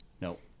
nope